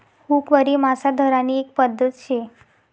हुकवरी मासा धरानी एक पध्दत शे